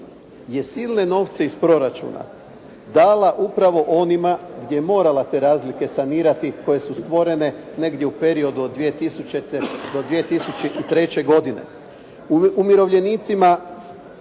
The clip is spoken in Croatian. je silne novce iz proračuna dala upravo onima gdje je morala te razlike sanirati koje su stvorene negdje u periodu od 2000. do 2003. godine. Umirovljenicima